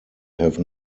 have